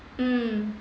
mm